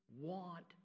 want